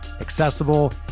accessible